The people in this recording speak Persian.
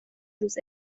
روز